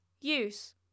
Use